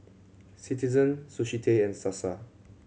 Citizen Sushi Tei and Sasa